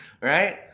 right